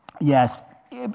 yes